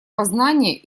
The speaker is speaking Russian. познания